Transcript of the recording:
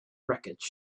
wreckage